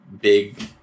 big